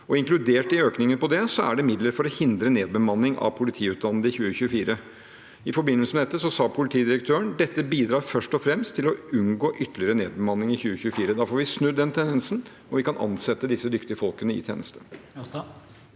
Inkludert i økningen er midler for å hindre nedbemanning av politiutdannede i 2024. I forbindelse med det sa politidirektøren at det først og fremst bidrar til å unngå ytterligere nedbemanning i 2024. Da får vi snudd den tendensen, og vi kan ansette disse dyktige folkene i tjenesten.